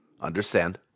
Understand